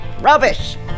rubbish